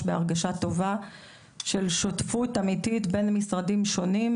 בהרגשה טובה של שותפות אמיתית בין משרדים שונים,